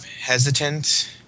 hesitant